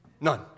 None